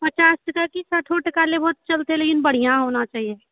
पचास की साठो टका लेबहो तऽ चलतो लेकिन बढ़ियाॅं होना चाहिए